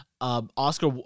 Oscar